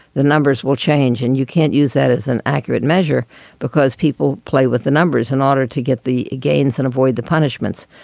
the numbers will change. and you can't use that as an accurate measure because people play with the numbers in order to get the gains and avoid the punishments.